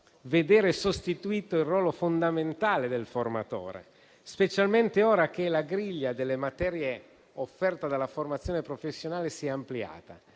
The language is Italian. vedere sostituito il ruolo fondamentale del formatore, specialmente ora che la griglia delle materie offerte dalla formazione professionale si è ampliata,